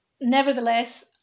nevertheless